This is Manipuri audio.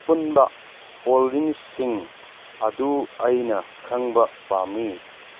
ꯑꯄꯨꯟꯕ ꯍꯣꯜꯗꯤꯡꯁꯤꯡ ꯑꯗꯨ ꯑꯩꯅ ꯈꯪꯕ ꯄꯥꯝꯏ